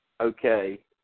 Okay